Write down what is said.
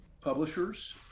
publishers